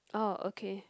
oh okay